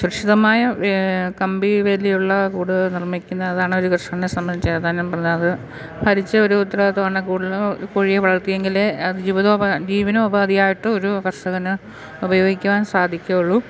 സുരക്ഷിതമായ കമ്പിവേലിയുള്ള കൂടു നിർമിക്കുന്നതാണ് ഒരു കർഷകനെ സംബന്ധിച്ച് ഏതാനും പറ ച്ചൊരുത്തരും കൂടുതലും കോഴിയെ വളർത്തിയെങ്കിലേ അത് ജീവിതോബാ ജീവനോപാധിയായിട്ട് ഒരു കർഷകന് ഉപയോഗിക്കുവാൻ സാധിക്കുള്ളു